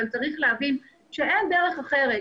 אבל צריך להבין שאין דרך אחרת.